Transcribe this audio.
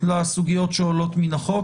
לסוגיות שעולות מן החוק.